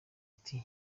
ati